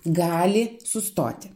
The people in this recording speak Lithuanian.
gali sustoti